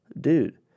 dude